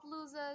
losers